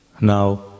Now